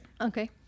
Okay